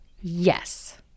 Yes